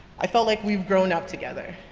i felt like we've grown up together.